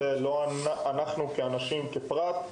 עלינו, כפרט,